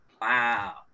Wow